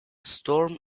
storm